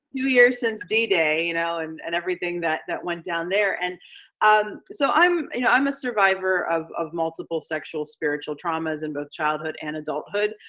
two years since d-day, you know and and everything that that went down there, and um so i'm you know i'm a survivor of of multiple sexual, spiritual traumas, in both childhood and adulthood.